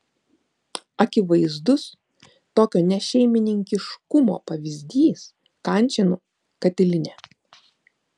akivaizdus tokio nešeimininkiškumo pavyzdys kančėnų katilinė